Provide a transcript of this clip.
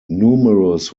numerous